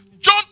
John